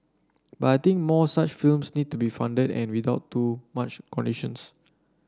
but I think more such films need to be funded and without too many conditions